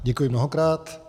Děkuji mnohokrát.